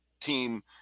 team